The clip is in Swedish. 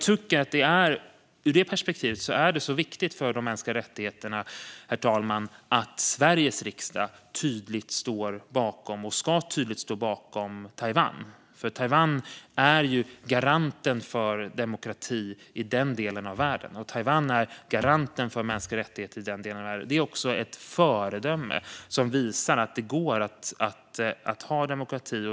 Herr talman! Ur det perspektivet är det viktigt för de mänskliga rättigheterna att Sverige tydligt står bakom Taiwan. Taiwan är garanten för demokrati och mänskliga rättigheter i den delen av världen. Det är också ett föredöme som visar att det går att ha demokrati.